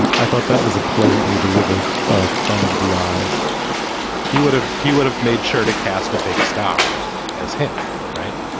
um i thought that was a pleasantly delivered ah thumb to the eye he would have he would have made sure to cast a big star as him. right.